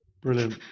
Brilliant